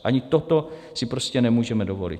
Ani toto si prostě nemůžeme dovolit.